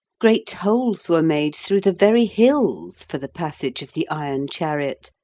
great holes were made through the very hills for the passage of the iron chariot,